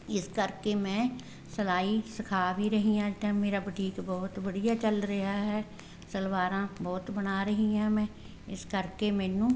ਇਸ ਕਰਕੇ ਮੈਂ ਸਿਲਾਈ ਸਿਖਾ ਵੀ ਰਹੀ ਹਾਂ ਅੱਜ ਤਾਂ ਮੇਰਾ ਬਟੀਕ ਬਹੁਤ ਵਧੀਆ ਚੱਲ ਰਿਹਾ ਹੈ ਸਲਵਾਰਾਂ ਬਹੁਤ ਬਣਾ ਰਹੀ ਹਾਂ ਮੈਂ ਇਸ ਕਰਕੇ ਮੈਨੂੰ